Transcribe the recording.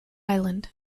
island